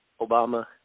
Obama